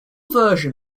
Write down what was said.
version